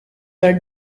are